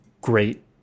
great